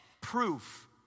proof